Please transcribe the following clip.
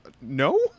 no